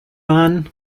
man